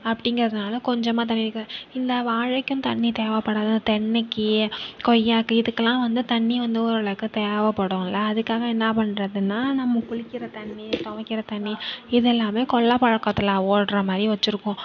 அப்படிங்கறதுனால கொஞ்சமாக தண்ணி இருக்கு இந்த வாழைக்கும் தண்ணி தேவைப்படாது இந்த தென்னைக்கி கொய்யாவுக்கு இதுக்கெல்லாம் வந்து தண்ணி வந்து ஓரளவுக்கு தேவைப்படும்ல அதுக்காக என்ன பண்ணுறதுனா நம்ம குளிக்கிற தண்ணி துவைக்கிற தண்ணி இது எல்லாம் கொல்லைப் பக்கத்தில் ஓடுகிற மாதிரி வச்சுருக்கோம்